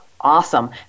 awesome